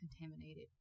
contaminated